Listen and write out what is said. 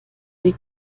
wie